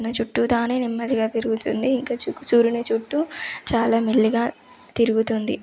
తన చుట్టూ తానే నెమ్మదిగా తిరుగుతుంది ఇంక చూ సూర్యుని చుట్టూ చాలా మెల్లిగా తిరుగుతుంది